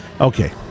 Okay